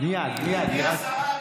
גברתי השרה,